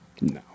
No